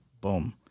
Boom